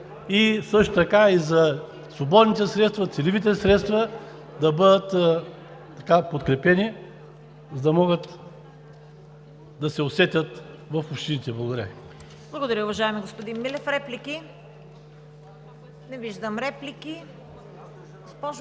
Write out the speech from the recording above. също така и за свободните средства, целевите средства да бъдат подкрепени, за да могат да се усетят в общините. Благодаря.